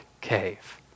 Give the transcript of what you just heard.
cave